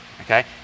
Okay